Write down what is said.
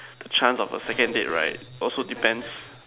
the chance of a second date right also depends